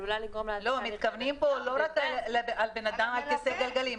מתכוונים לא רק לאדם בכיסא גלגלים.